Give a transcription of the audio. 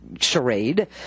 charade